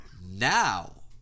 Now